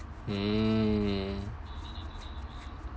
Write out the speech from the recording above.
hmm